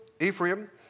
Ephraim